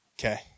okay